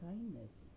Kindness